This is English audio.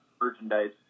merchandise